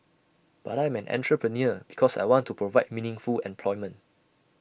but I'm an entrepreneur because I want to provide meaningful employment